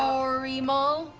kaorimal?